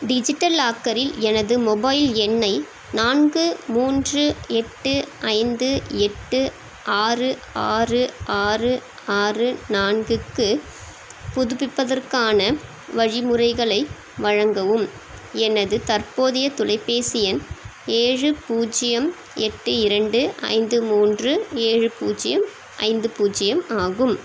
digital லாக்கரில் எனது mobile எண்ணை நான்கு மூன்று எட்டு ஐந்து எட்டு ஆறு ஆறு ஆறு ஆறு நான்குக்கு புதுப்பிப்பதற்கான வழிமுறைகளை வழங்கவும் எனது தற்போதைய தொலைபேசி எண் ஏழு பூஜ்ஜியம் எட்டு இரண்டு ஐந்து மூன்று ஏழு பூஜ்ஜியம் ஐந்து பூஜ்ஜியம் ஆகும்